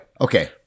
Okay